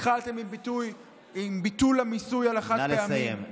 התחלתם עם ביטול המיסוי על החד-פעמי, נא לסיים.